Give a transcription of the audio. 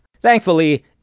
Thankfully